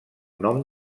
nom